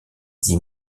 dix